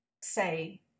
say